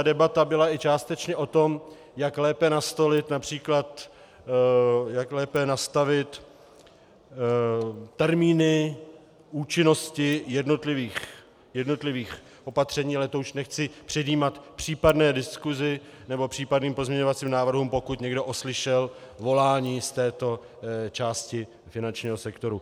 Debata byla částečně o tom, jak lépe nastolit, například jak lépe nastavit termíny účinnosti jednotlivých opatření, ale to už nechci předjímat případné diskusi nebo případným pozměňovacím návrhům, pokud někdo oslyšel volání z této části finančního sektoru.